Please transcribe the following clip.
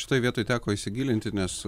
šitoj vietoj teko įsigilinti nes